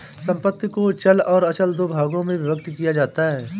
संपत्ति को चल और अचल दो भागों में विभक्त किया जाता है